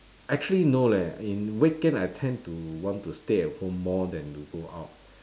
actually no leh in weekend I tend to want to stay at home more than to go out